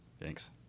Thanks